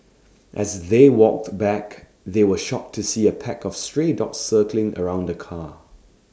as they walked back they were shocked to see A pack of stray dogs circling around the car